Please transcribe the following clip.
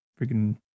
freaking